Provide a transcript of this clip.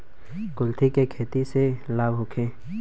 कुलथी के खेती से लाभ होखे?